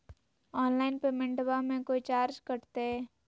Online पेमेंटबां मे कोइ चार्ज कटते?